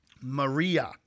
Maria